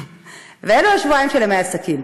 ואלו השבועיים של ימי העסקים.